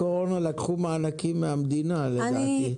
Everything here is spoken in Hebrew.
לקחו מענקים מהמדינה, לדעתי.